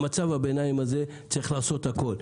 במצב הביניים הזה צריך לעשות הכול.